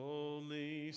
Holy